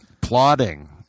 Plotting